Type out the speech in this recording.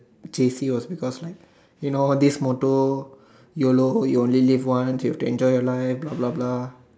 J_C was because like you know this motto YOLO you only live one you have to enjoy your life blah blah blah